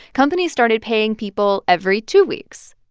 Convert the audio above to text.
companies started paying people every two weeks.